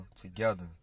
Together